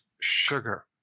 sugar